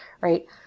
right